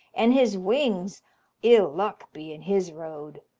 and his wings ill luck be in his road!